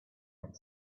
had